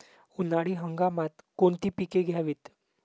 उन्हाळी हंगामात कोणती पिके घ्यावीत?